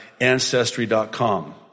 ancestry.com